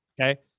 Okay